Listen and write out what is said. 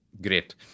Great